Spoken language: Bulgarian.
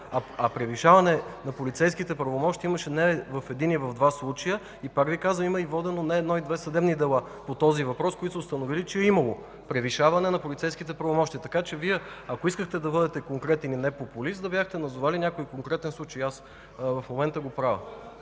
Превишаване обаче на полицейските правомощия имаше не в един и в два случая. Пак Ви казвам: имаше водени не едно и две съдебни дела по този въпрос, които са установили, че е имало превишаване на полицейските правомощия. Ако Вие искахте да бъдете конкретен и непопулист, да бяхте назовали някой конкретен случай. Аз в момента го правя.